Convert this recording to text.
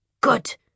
Good